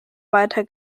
weiter